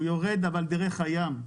הוא יורד, אבל דרך הים.